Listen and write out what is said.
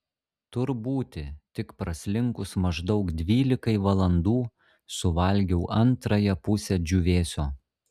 tur būti tik praslinkus maždaug dvylikai valandų suvalgiau antrąją pusę džiūvėsio